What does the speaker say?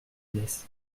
dès